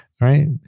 Right